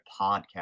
podcast